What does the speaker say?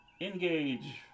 Engage